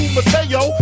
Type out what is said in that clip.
Mateo